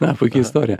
na puiki istorija